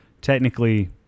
Technically